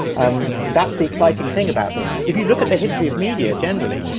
um that's the exciting thing about this. if you look at the history of media generally,